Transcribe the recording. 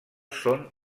són